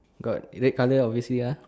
got red colour obviously uh